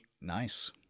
Nice